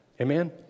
Amen